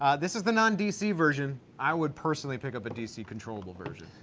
ah this is the non dc version. i would personally pick up a dc controllable version.